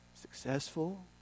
successful